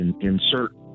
Insert